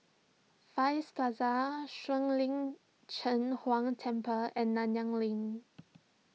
Far East Plaza Shuang Lin Cheng Huang Temple and Nanyang Link